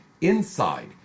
INSIDE